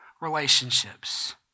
relationships